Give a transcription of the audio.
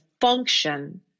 function